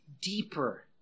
deeper